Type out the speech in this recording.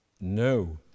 No